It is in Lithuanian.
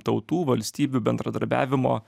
tautų valstybių bendradarbiavimo